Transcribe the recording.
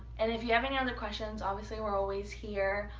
and if you have any other questions, obviously, we're always here.